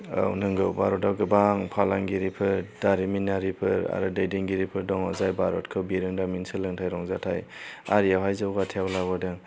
औ नोंगौ भारतआव गोबां फालांगिरिफोर दारिमिनारिफोर आरो दैदेनगिरिफोर दङ जाय भारतखौ बिरोंदामिन सोलोंथाय रंजाथाय आरियावहाय जौगाथायाव लाबोदों